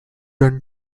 done